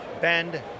bend